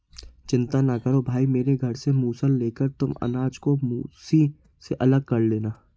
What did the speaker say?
चिंता ना करो भाई मेरे घर से मूसल लेकर तुम अनाज को भूसी से अलग कर लेना